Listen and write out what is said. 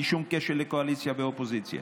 בלי שום קשר לקואליציה ואופוזיציה.